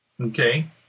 okay